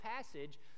passage